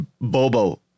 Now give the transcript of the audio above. Bobo